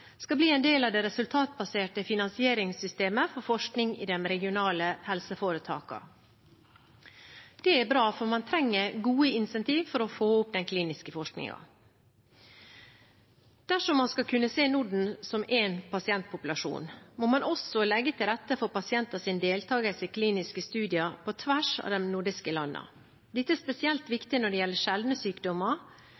skal bli en del av det resultatbaserte finansieringssystemet for forskning i de regionale helseforetakene. Det er bra, for man trenger gode incentiv for å få opp den kliniske forskningen. Dersom man skal kunne se Norden som én pasientpopulasjon, må man også legge til rette for pasienters deltakelse i kliniske studier på tvers av de nordiske landene. Dette er spesielt